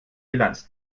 bilanz